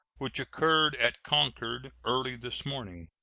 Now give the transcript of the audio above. which occurred at concord early this morning.